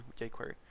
jQuery